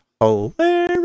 hilarious